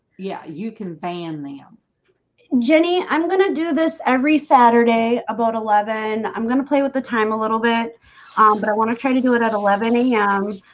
yeah, you can ban them jenny i'm gonna do this every saturday about eleven zero. i'm gonna play with the time a little bit um but i want to try to do it at eleven a yeah m.